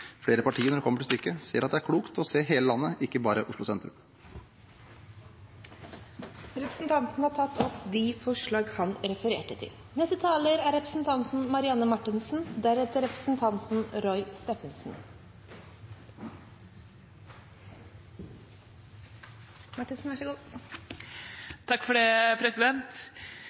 kommer til stykket, ser at det er klokt å se hele landet, ikke bare Oslo sentrum. Representanten Trygve Slagsvold Vedum har tatt opp de forslagene han refererte til. Nå er ikke debatten om nysalderingen stedet for det store slaget om tilstanden i norsk økonomi og hvorvidt den økonomiske politikken fungerer eller ikke. Det